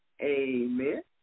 Amen